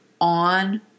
on